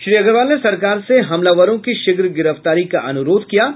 श्री अग्रवाल ने सरकार से हमलावरों की शीघ्र गिरफ्तारी का अनुरोध किया है